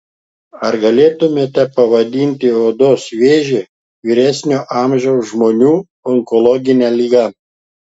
ar galėtumėte pavadinti odos vėžį vyresnio amžiaus žmonių onkologine liga